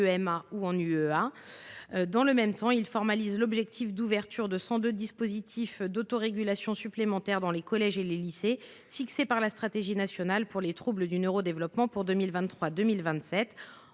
ou une UEEA. Dans le même temps, nous souhaitons formaliser l’objectif d’ouverture de 102 dispositifs d’autorégulation supplémentaires dans les collèges et les lycées, fixé dans la stratégie nationale pour les troubles du neurodéveloppement pour 2023 2027,